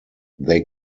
they